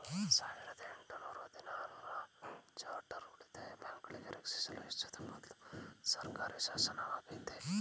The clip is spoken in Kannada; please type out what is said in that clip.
ಸಾವಿರದ ಎಂಟು ನೂರ ಹದಿನಾರು ರ ಚಾರ್ಟರ್ ಉಳಿತಾಯ ಬ್ಯಾಂಕುಗಳನ್ನ ರಕ್ಷಿಸಲು ವಿಶ್ವದ ಮೊದ್ಲ ಸರ್ಕಾರಿಶಾಸನವಾಗೈತೆ